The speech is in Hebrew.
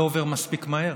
לא עובר מספיק מהר.